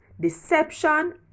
deception